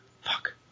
Fuck